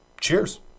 Cheers